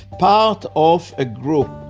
part of a group.